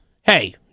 Hey